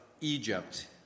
Egypt